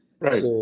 Right